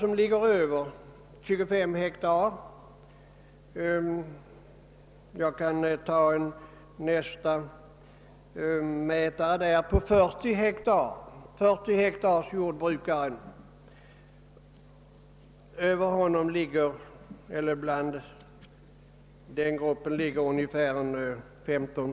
Nästa storleksgrupp är jordbruk på 40 hektar — till den gruppen och däröver hör ungefär 15 procent av jord bruken.